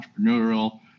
entrepreneurial